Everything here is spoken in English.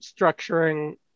structuring